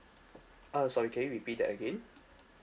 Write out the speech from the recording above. uh sorry can you repeat that again